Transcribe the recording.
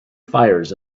fires